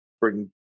bring